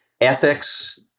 ethics